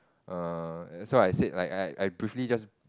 err so I said like I I briefly just